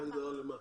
אין הגדרה של מה?